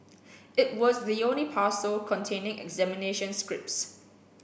it was the only parcel containing examination scripts